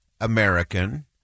American